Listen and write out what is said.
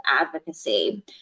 advocacy